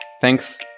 thanks